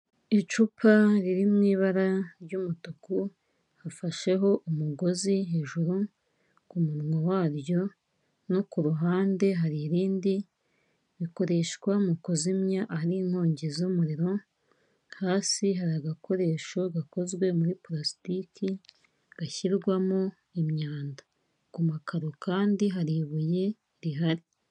Icupa riri mu ibara ry'umutuku hafasheho umugozi hejuru ku munwa waryo, no ku ruhande hari irindi, rikoreshwa mu kuzimya hari inkongi z'umuriro, hasi hari agakoresho gakozwe muri parasitiki gashyirwamo imyanda, ku makaro kandi hari ibuye rihari.